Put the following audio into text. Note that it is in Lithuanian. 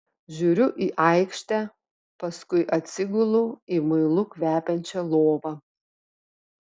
žiūriu į aikštę paskui atsigulu į muilu kvepiančią lovą